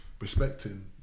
respecting